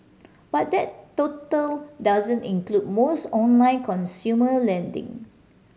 but that total doesn't include most online consumer lending